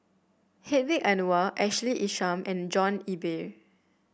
Hedwig Anuar Ashley Isham and John Eber